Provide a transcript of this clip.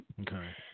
Okay